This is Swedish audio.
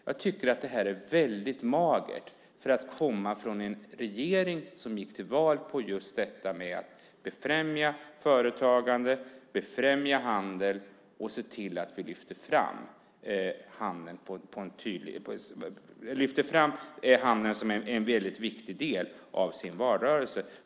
Jag tycker att det är väldigt magert för att komma från en regering som gick till val på just att befrämja företagande och handel, och som lyfte fram handeln som en väldigt viktig del av sin valrörelse.